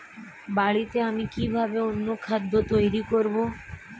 বাড়িতে আমি কিভাবে অনুখাদ্য তৈরি করব?